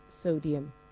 sodium